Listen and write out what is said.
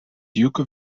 duke